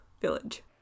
village